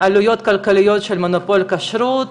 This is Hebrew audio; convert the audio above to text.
עלויות כלכליות של מונופול כשרות,